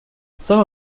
some